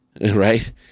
Right